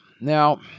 Now